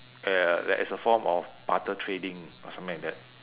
uh as a form of barter trading or something like that